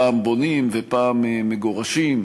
פעם בונים ופעם מגורשים,